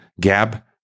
Gab